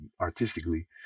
artistically